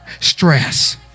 stress